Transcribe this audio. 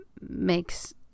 makes